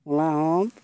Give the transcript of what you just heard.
ᱚᱱᱟ ᱦᱚᱸ